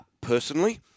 Personally